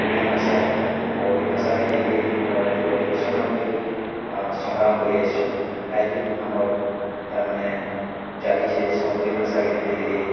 main ଭାଷା ଏ ଆଉ ଏ ଭାଷା କେ ନେଇକିରି ଆମର୍ ପୂର୍ବ ପୁରୁଷ ମାନେ ବିଲ୍ ସଂଗ୍ରାମ କରି ଆସିଛନ୍ ଆଜ ବିଲ୍ ଆମର୍ ତା'ର୍ ମାନେ ଚାଲିଛେ ସମ୍ବଲପୁରୀ ଭାଷା କେ କେନ୍ତି କିରି